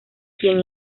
quien